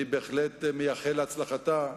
אני בהחלט מייחל להצלחתה,